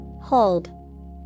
Hold